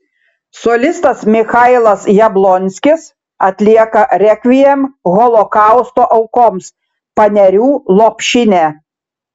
solistas michailas jablonskis atlieka rekviem holokausto aukoms panerių lopšinę